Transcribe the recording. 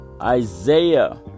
Isaiah